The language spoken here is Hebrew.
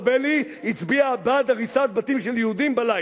בייחוד שחברת הכנסת חוטובלי הצביעה בעד הריסת בתים של יהודים בלילה,